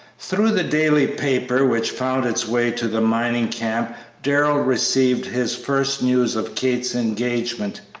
through the daily paper which found its way to the mining camp darrell received his first news of kate's engagement.